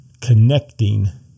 connecting